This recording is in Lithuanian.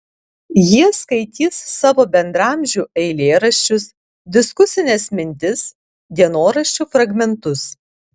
jie skaitys savo bendraamžių eilėraščius diskusines mintis dienoraščių fragmentus